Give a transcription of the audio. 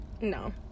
No